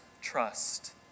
trust